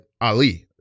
Ali